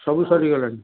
ସବୁ ସରିଗଲାଣି